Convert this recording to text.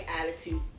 attitude